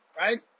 right